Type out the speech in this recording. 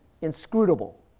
inscrutable